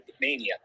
Mania